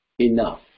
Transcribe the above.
enough